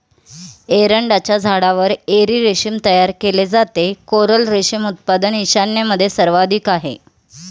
एरंडाच्या झाडावर एरी रेशीम तयार केले जाते, कोरल रेशीम उत्पादन ईशान्येमध्ये सर्वाधिक आहे